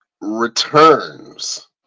returns